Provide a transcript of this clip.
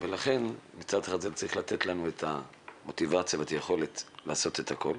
ולכן מצד אחד זה צריך לתת לנו את המוטיבציה והיכולת לעשות את הכל,